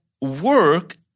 work